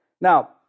Now